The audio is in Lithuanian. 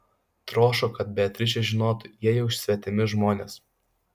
troško kad beatričė žinotų jie jau svetimi žmonės